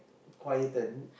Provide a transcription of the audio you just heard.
quieten